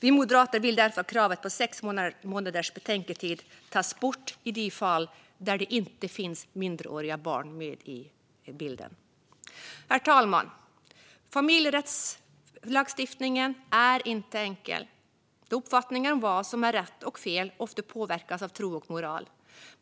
Vi moderater vill därför att kravet på sex månaders betänketid tas bort i de fall där det inte finns minderåriga barn med i bilden. Herr talman! Familjerättslagstiftning är inte enkelt. Uppfattningar om vad som är rätt och fel påverkas ofta av tro och moral.